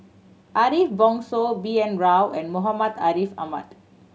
Ariff Bongso B N Rao and Muhammad Ariff Ahmad